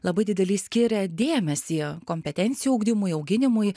labai didelį skiria dėmesį kompetencijų ugdymui auginimui